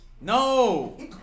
No